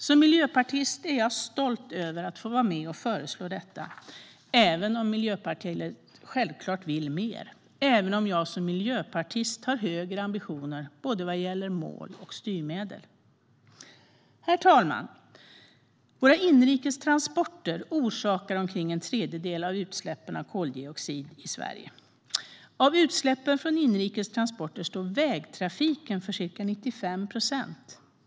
Som miljöpartist är jag stolt över att få vara med och föreslå detta, även om Miljöpartiet självklart vill mer, även om jag som miljöpartist har högre ambitioner vad gäller både mål och styrmedel. Herr talman! Våra inrikestransporter orsakar omkring en tredjedel av utsläppen av koldioxid i Sverige. Av utsläppen från inrikestransporterna står vägtrafiken för ca 95 procent.